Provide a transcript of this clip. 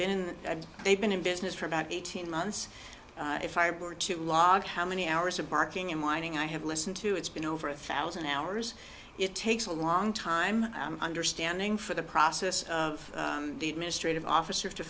been they've been in business for about eighteen months if i were to log how many hours of barking and whining i have listened to it's been over a thousand hours it takes a long time understanding for the process of the administrative officer to